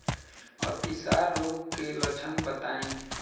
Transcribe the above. अतिसार रोग के लक्षण बताई?